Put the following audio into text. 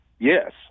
Yes